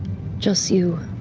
just you,